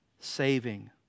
saving